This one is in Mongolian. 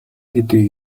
гэдэг